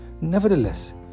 Nevertheless